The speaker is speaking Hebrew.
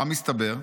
מה מסתבר?